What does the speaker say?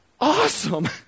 awesome